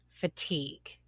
Fatigue